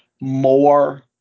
more